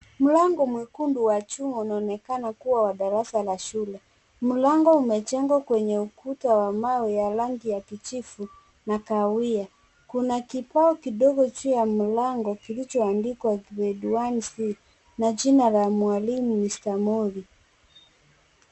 Mlango mwekundu wa chuma unaonekana kuwa wa darasa la shule, mlango umejengwa kwenye ukuta wa mawe wa rangi ya kijivu na kahawia, kuna kibao kidogo juu ya mlango, kilichoandikwa gredi one C na jina ya mwalimu Mister Mori.